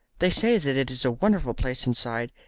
they say that it is a wonderful place inside.